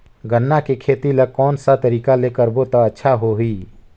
गन्ना के खेती ला कोन सा तरीका ले करबो त अच्छा होही?